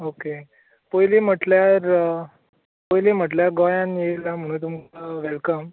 okay पयलीं म्हटल्यार पयलीं म्हटल्यार गोंयान येयला म्हूण तुमकां वॅलकम